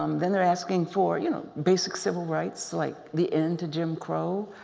um then they're asking for you know basic civil rights like the end to jim crow,